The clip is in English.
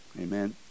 Amen